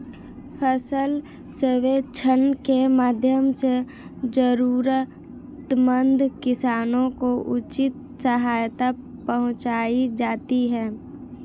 फसल सर्वेक्षण के माध्यम से जरूरतमंद किसानों को उचित सहायता पहुंचायी जाती है